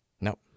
Nope